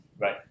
right